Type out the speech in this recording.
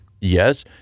Yes